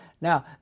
Now